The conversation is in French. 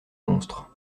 monstre